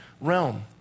realm